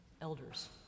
elders